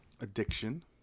Addiction